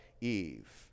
Eve